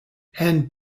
and